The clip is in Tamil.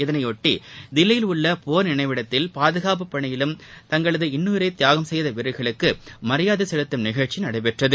இதனையொட்டி தில்லியில் உள்ள போர் நினைவிடத்தில் பாதுகாப்பு பணியில் தங்களது இன்னுயிரை தியாகம் செய்த வீரர்களுக்கு மரியாதை செலுத்தும் நிகழ்ச்சி நடைபெறுகிறது